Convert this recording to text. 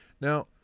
Now